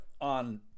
on